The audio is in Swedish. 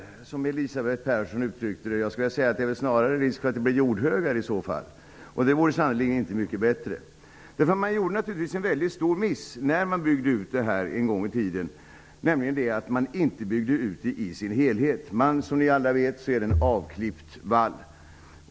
Det är väl i så fall snarare risk för att det blir jordhögar, och det vore sannerligen inte mycket bättre. När man en gång i tiden gjorde en utbyggnad gjorde man naturligtvis en mycket stor miss, eftersom man inte byggde ut det här i sin helhet. Som vi alla vet har man en avklippt vall.